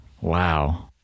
Wow